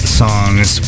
songs